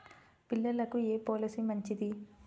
పిల్లలకు ఏ పొలసీ మంచిది?